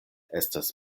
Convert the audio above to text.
estas